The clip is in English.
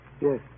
Yes